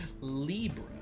Libra